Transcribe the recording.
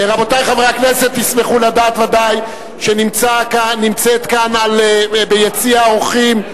ישמחו לדעת ודאי שנמצאת כאן, ביציע האורחים,